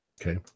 Okay